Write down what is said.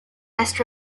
best